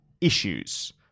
issues